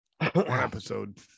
episode